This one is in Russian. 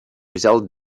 взял